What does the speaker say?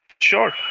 Sure